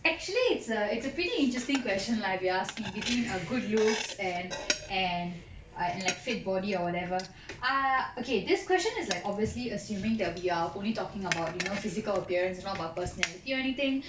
actually it's a it's a pretty interesting question like if you ask me between err good looks and and and like fit body or whatever err okay this question is like obviously assuming that we are only talking about you know physical appearance and not about personality or anything